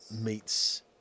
meets